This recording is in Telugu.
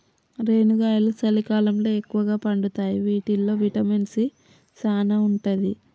రేనుగాయలు సలికాలంలో ఎక్కుగా పండుతాయి వీటిల్లో విటమిన్ సీ సానా ఉంటది